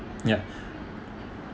ya